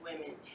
women